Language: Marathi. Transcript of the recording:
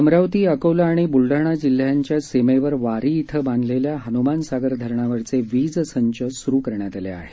अमरावती अकोला आणि बुलडाणा जिल्ह्यांच्या सीमेवर वारी इथं बांधलेल्या हन्मान सागर धरणावरचे वीज संच स्रू करण्यात आले आहेत